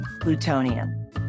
plutonium